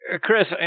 Chris